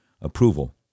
approval